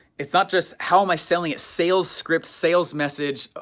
it's not just how am i selling it, sales scripts, sales message,